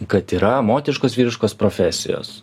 kad yra moteriškos vyriškos profesijos